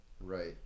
Right